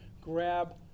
grab